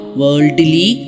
worldly